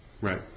right